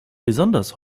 besonders